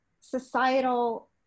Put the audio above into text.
societal